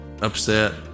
Upset